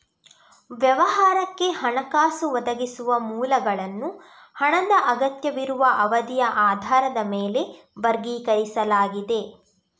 ವ್ಯವಹಾರಕ್ಕೆ ಹಣಕಾಸು ಒದಗಿಸುವ ಮೂಲಗಳನ್ನು ಹಣದ ಅಗತ್ಯವಿರುವ ಅವಧಿಯ ಆಧಾರದ ಮೇಲೆ ವರ್ಗೀಕರಿಸಲಾಗಿದೆ